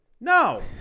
No